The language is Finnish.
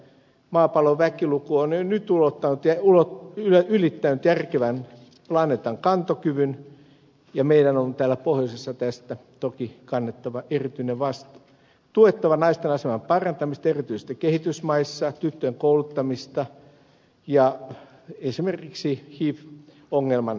maapallon väkiluku on jo nyt ylittänyt planeetan järkevän kantokyvyn ja meidän on täällä pohjoisessa tästä toki kannettava erityinen vastuu tuettava naisten aseman parantamista erityisesti kehitysmaissa tyttöjen kouluttamista ja esimerkiksi hiv ongelman hallitsemista